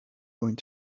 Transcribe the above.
going